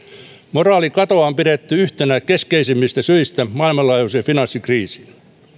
moraalikatoa on pidetty yhtenä keskeisimmistä syistä maailmanlaajuiseen finanssikriisiin